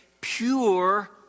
pure